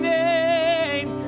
name